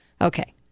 okay